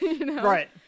Right